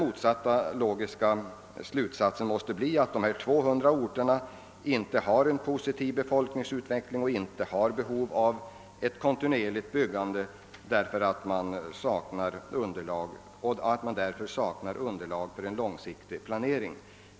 Den logiska slutsatsen måste bli att de 200 kommunblocken inte har en positiv befolkningsutveckling och saknar behov av ett kontinuerligt byggande och att det därför inte finns något underlag för en långsiktig planering.